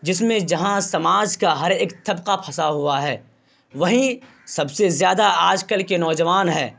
جس میں جہاں سماج کا ہر ایک طبقہ پھنسا ہوا ہے وہیں سب سے زیادہ آج کل کے نوجوان ہیں